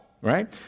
right